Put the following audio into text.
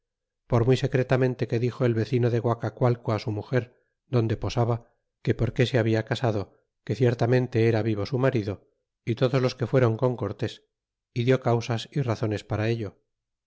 por muy secretamente que dixo el vecino de guacacualco una mugar donde posaba que por qué se habla casado que ciertamente era vivo su marido y todos los que fueron con cortés y diú causas y razones para ello